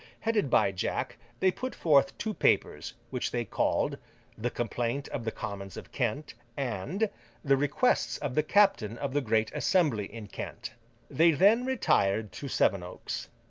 headed by jack, they put forth two papers, which they called the complaint of the commons of kent and the requests of the captain of the great assembly in kent they then retired to sevenoaks.